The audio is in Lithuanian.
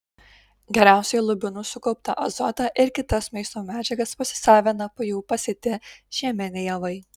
geriausiai lubinų sukauptą azotą ir kitas maisto medžiagas pasisavina po jų pasėti žieminiai javai